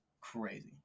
crazy